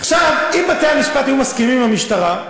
אם בתי-המשפט היו מסכימים עם המשטרה,